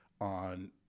on